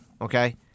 okay